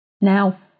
Now